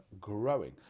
growing